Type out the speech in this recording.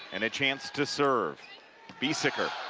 and a chance to serve beesecker.